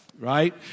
right